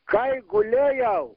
kai gulėjau